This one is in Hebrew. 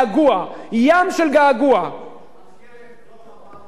דוח "מרמרה" אגב,